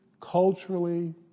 culturally